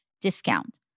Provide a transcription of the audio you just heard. discount